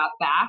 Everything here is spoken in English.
back